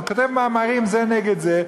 כותב מאמרים זה נגד זה,